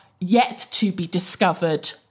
yet-to-be-discovered